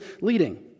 leading